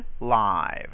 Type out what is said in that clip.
live